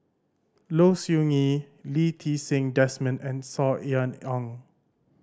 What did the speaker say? Low Siew Nghee Lee Ti Seng Desmond and Saw Ean Ang